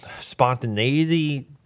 spontaneity